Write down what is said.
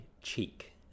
cheek